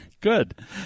Good